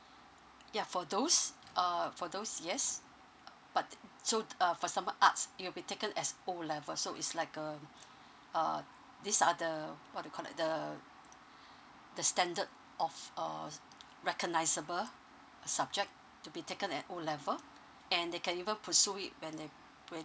ya for those uh for those yes but so uh for example arts it will be taken as O level so it's like um uh these are the what do you call that the the standard of uh recognisable subject to be taken at O level and they can even pursue it when they when